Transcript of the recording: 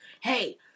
hey